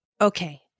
Okay